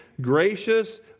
gracious